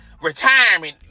retirement